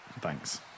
Thanks